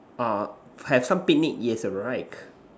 uh have some picnic yes alright